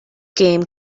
game